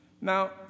Now